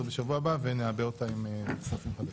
בשבוע הבא ונעבה אותה עם --- אוקי.